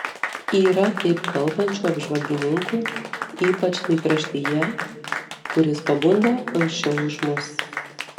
yra taip kalbančių apžvalgininkų ypač laikraštyje kuris pabunda anksčiau už mus